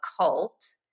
cult